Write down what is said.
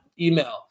email